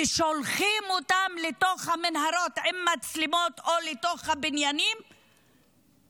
ושולחים אותם לתוך המנהרות או לתוך הבניינים עם מצלמות,